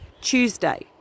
Tuesday